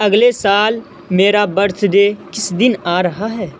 اگلے سال میرا برتھ ڈے کس دن آ رہا ہے